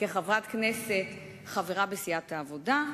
כחברת כנסת חברה בסיעת העבודה,